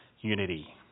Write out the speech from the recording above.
unity